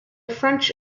french